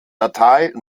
natal